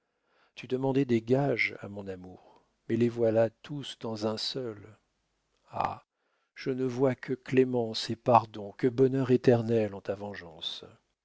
tu demandais des gages à mon amour mais les voilà tous dans un seul ah je ne vois que clémence et pardon que bonheur éternel en ta vengeance